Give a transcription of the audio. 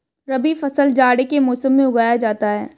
रबी फसल जाड़े के मौसम में उगाया जाता है